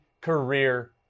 career